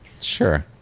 Sure